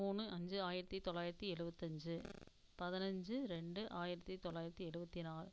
மூணு அஞ்சு ஆயிரத்தி தொள்ளாயிரத்தி எழுபத்தஞ்சி பதினஞ்சு ரெண்டு ஆயிரத்தி தொள்ளாயிரத்தி எழுபத்தி நாலு